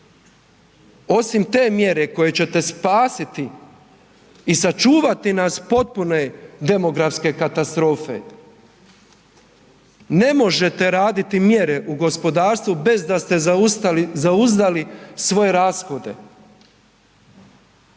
osim te mjere koje ćete spasiti i sačuvati nas potpune demografske katastrofe, ne možete raditi mjere u gospodarstvu bez da ste zauzdali svoje rashode.